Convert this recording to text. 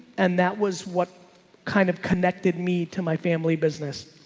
and that was what kind of connected me to my family business.